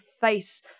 face